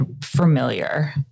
familiar